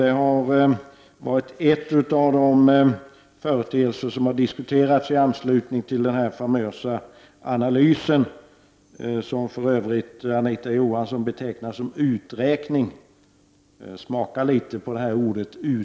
Det har ju varit en av de företeelser som diskuterats i anslutning till den famösa analysen som Anita Johansson för övrigt betecknar som uträkning — smaka litet på ordet!